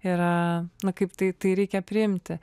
yra na kaip tai tai reikia priimti